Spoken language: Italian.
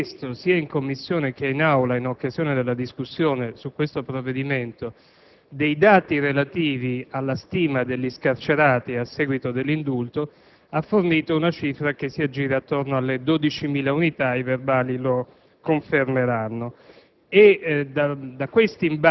il Ministro della giustizia, richiesto sia in Commissione che in Aula, in occasione della discussione su tale provvedimento, dei dati relativi alla stima degli scarcerati a seguito dell'indulto, fornì una cifra che si aggirava attorno alle 12.000 unità e i verbali lo confermeranno.